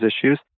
issues